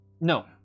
No